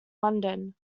london